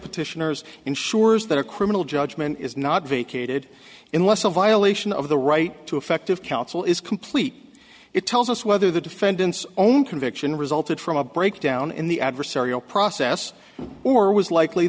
petitioners ensures that a criminal judgment is not vacated unless a violation of the right to effective counsel is complete it tells us whether the defendant's own conviction resulted from a breakdown in the adversarial process or was likely